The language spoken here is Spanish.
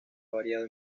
variado